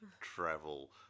travel